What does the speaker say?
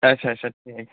اچھا اچھا ٹھیٖک